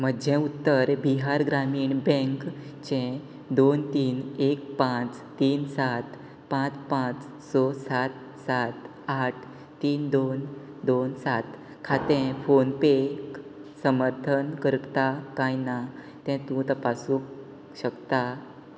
म्हजें उत्तर बिहार ग्रामीण बँक चे दोन तीन एक पांच तीन सात पांच पांच स सात सात आठ तीन दोन दोन सात खातें फोन पे समर्थन करता काय ना तें तूं तपासूंक शकता